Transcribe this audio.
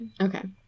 Okay